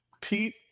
Pete